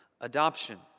adoption